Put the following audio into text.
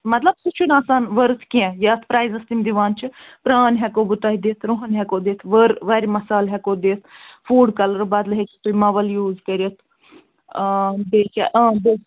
مطلب سُہ چھُنہٕ آسان ؤرٕتھ کیٚنٛہہ یَتھ پرٛایزٮ۪س تِم دِوان چھِ پران ہٮ۪کو بہٕ تۅہہِ دِتھ روٗہُن ہٮ۪کہو بہٕ تۅہہِ دِتھ ؤر وَرِ مصال ہٮ۪کو دِتھ فُڈ کلرٕ بدلہٕ ہٮ۪کِو تُہۍ موَل یوٗز کٔرِتھ بیٚیہِ کیٛاہ بیٚیہِ